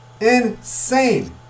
Insane